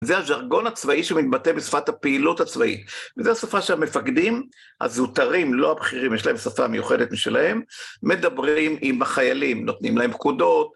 זה הז'רגון הצבאי שמתבטא בשפת הפעילות הצבאית. וזו השפה שהמפקדים, הזוטרים, לא הבכירים, יש להם שפה מיוחדת משלהם, מדברים עם החיילים, נותנים להם פקודות.